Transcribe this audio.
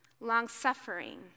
long-suffering